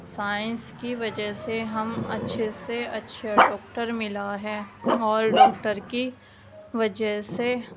science کی وجہ سے ہم اچھے سے اچھے ڈاکٹر ملا ہے اور ڈاکٹر کی وجہ سے